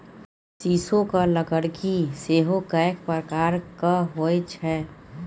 सीसोक लकड़की सेहो कैक प्रकारक होए छै